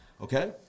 okay